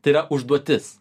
tai yra užduotis